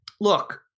look